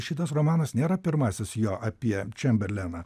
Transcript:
šitas romanas nėra pirmasis jo apie čemberleną